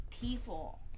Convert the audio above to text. people